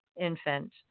infant